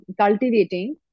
cultivating